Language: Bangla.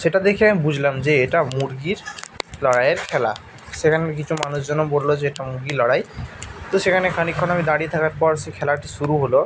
সেটা দেখে আমি বুঝলাম যে এটা মুরগির লড়াইয়ের খেলা সেখানে কিছু মানুষজনও বললো যে এটা মুরগি লড়াই তো সেখানে খানিকক্ষণ আমি দাঁড়িয়ে থাকার পর সে খেলাটি শুরু হলো